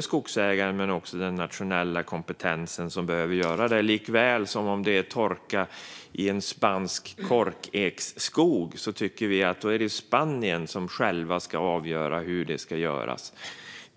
skogsägaren men också den nationella kompetensen som ska hantera det. Detsamma gäller om det blir torka i en spansk korkeksskog. Då tycker vi att det är Spanien själva som ska avgöra hur det ska hanteras.